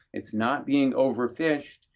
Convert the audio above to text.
it's not being overfished.